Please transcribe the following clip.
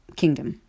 kingdom